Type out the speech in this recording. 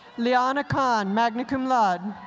liana kahn, magna cum laude.